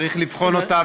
צריך לבחון אותה,